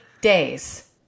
days